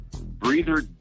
breather